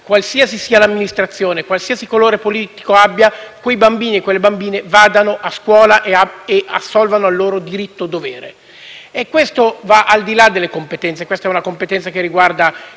qualsiasi amministrazione, di qualunque colore politico, quelle bambine e quei bambini vadano a scuola e assolvano al loro diritto-dovere. Questo va al di là delle competenze, perché è una competenza che riguarda